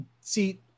see